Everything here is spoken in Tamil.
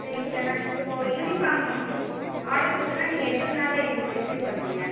சரிங்க சார் நான் இப்போது யூனிஃபார்ம் ஆர்டர் கொடுத்தன்னா நீங்கள் எத்தனை நாளில் எங்களுக்கு ரிசிவ் பண்ணுவீங்க